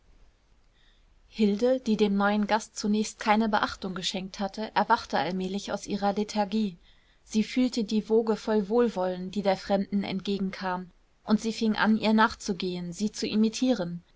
hilde die dem neuen gast zunächst keine beachtung geschenkt hatte erwachte allmählich aus ihrer lethargie sie fühlte die woge voll wohlwollen die der fremden entgegenkam und sie fing an ihr nachzugehen sie zu imitieren